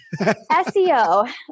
SEO